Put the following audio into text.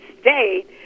State